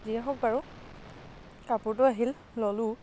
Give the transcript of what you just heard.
যিয়েই হওঁক বাৰু কাপোৰটো আহিল ল'লোঁ